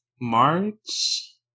March